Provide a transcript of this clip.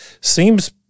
Seems